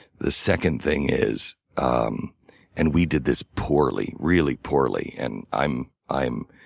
the second thing is um and we did this poorly, really poorly and i'm i'm